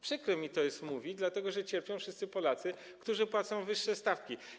Przykro mi to mówić, dlatego że cierpią wszyscy Polacy, którzy płacą wyższe stawki.